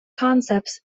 concepts